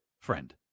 friend